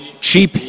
cheap